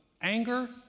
anger